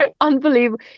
unbelievable